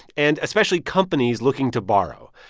and especially companies, looking to borrow.